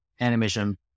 animation